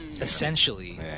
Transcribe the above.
essentially